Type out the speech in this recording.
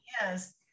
yes